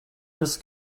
this